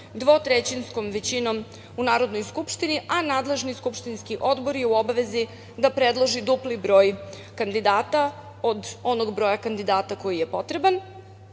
dvotrećinskom većinom u Narodnoj skupštini, a nadležni skupštinski odbor je u obavezi da predloži dupli broj kandidata od onog broja kandidata koji je potreban. Ukoliko